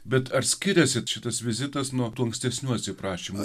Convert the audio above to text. bet ar skiriasi šitas vizitas nuo ankstesnių atsiprašymų